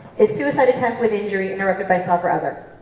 is suicide attempt with injury interrupted by self or others.